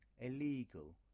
illegal